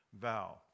vow